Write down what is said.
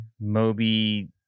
Moby